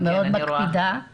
לא אוכל לפתור בעיות